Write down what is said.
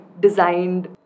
designed